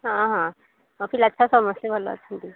ହଁ ହଁ ଆଉ ପିଲାଛୁଆ ସମସ୍ତେ ଭଲ ଅଛନ୍ତି